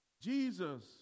Jesus